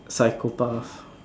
psychopath